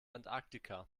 antarktika